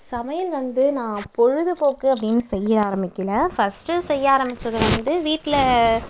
சமையல் வந்து நான் பொழுதுபோக்கு அப்படினு செய்ய ஆரம்பிக்கில ஃபர்ஸ்ட்டு செய்ய ஆரம்பிச்சது வந்து வீட்டில்